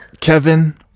Kevin